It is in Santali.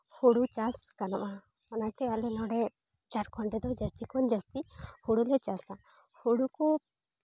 ᱦᱳᱲᱳ ᱪᱟᱥ ᱜᱟᱱᱚᱜᱼᱟ ᱚᱱᱟᱛᱮ ᱟᱞᱮ ᱱᱚᱰᱮ ᱡᱷᱟᱲᱠᱷᱚᱸᱰ ᱨᱮᱫᱚ ᱡᱟᱹᱥᱛᱤ ᱠᱷᱚᱱ ᱡᱟᱹᱥᱛᱤ ᱦᱳᱲᱳᱞᱮ ᱪᱟᱥᱟ ᱦᱳᱲᱳ ᱠᱚ